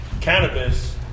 Cannabis